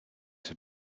have